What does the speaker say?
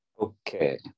Okay